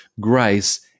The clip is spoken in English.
grace